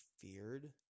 feared